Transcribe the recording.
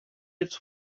its